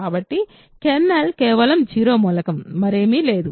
కాబట్టి కెర్నల్ కేవలం 0 మూలకం మరేమీ లేదు